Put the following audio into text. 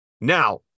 Now